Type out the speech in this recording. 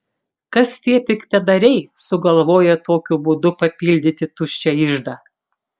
kas tie piktadariai sugalvoję tokiu būdu papildyti tuščią iždą